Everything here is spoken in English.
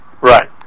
Right